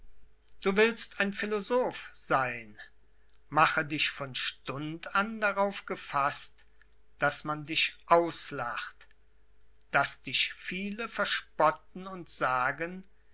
du willst ein philosoph sein mache dich von stund an darauf gefaßt daß man dich auslacht daß dich viele verspotten und sagen